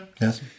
Yes